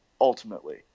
ultimately